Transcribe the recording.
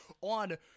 on